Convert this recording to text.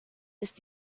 ist